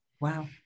Wow